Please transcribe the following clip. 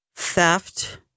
theft